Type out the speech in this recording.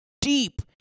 deep